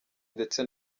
ndetse